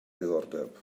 diddordeb